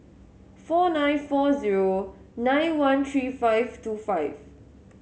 four nine four zero nine one three five two five